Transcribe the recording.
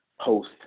post